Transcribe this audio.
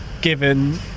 given